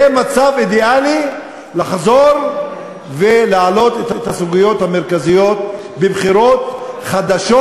זה מצב אידיאלי כדי לחזור ולהעלות את הסוגיות המרכזיות בבחירות חדשות,